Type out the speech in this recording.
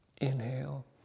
Inhale